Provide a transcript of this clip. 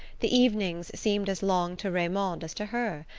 the evenings seemed as long to raymond as to her,